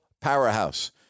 powerhouse